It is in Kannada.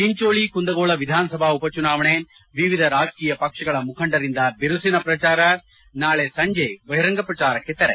ಚಿಂಚೋಳಿ ಕುಂದಗೋಳ ವಿಧಾನಸಭಾ ಉಪಚುನಾವಣೆ ವಿವಿಧ ರಾಜಕೀಯ ಪಕ್ಷಗಳ ಮುಖಂಡರಿಂದ ಬಿರುಸಿನ ಪ್ರಚಾರ ನಾಳೆ ಸಂಜೆ ಬಹಿರಂಗ ಪ್ರಚಾರಕ್ಷೆ ತೆರೆ